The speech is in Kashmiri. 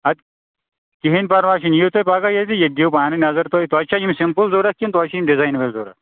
اَدٕ کِہیٖنٛۍ پرواے چھُنہٕ یِیِو تُہۍ پگاہ ییٚتہِ ییٚتہِ دِیِو پانےَ نظر تُہۍ تۄہہِ چھا یِم سِمپُل ضروٗرت کِنہٕ تۄہہِ چھِ یِم ڈِزایِن وِٲلۍ ضروٗرت